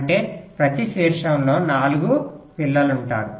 అంటే ప్రతి శీర్షంలో 4 పిల్లలు ఉంటారు